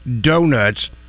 donuts